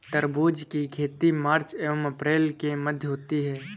तरबूज की खेती मार्च एंव अप्रैल के मध्य होती है